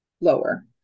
Lower